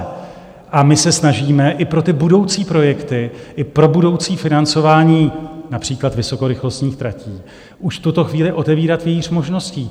A a my se snažíme i pro budoucí projekty, i pro budoucí financování, například vysokorychlostních tratí, už v tuto chvíli otevírat vějíř možností.